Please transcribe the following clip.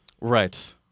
Right